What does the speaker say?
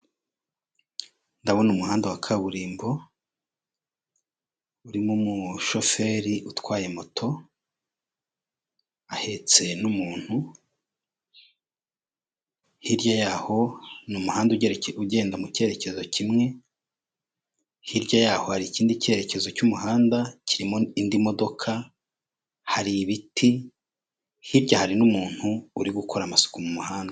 Iki ni icyapa kinini kigizwe n'amabara y'umweru n'amagambo yandikishije umukara Rusizi hirya gato hari umuhanda munini wo mu bwoko bwa kaburimbo ndetse n'ibiti birebire bitanga umuyaga n'amahumbezi.